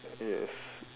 yes